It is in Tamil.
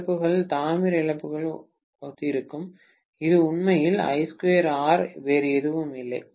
இழப்புகள் தாமிர இழப்புடன் ஒத்திருக்கும் இது உண்மையில் வேறு எதுவும் இல்லை